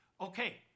okay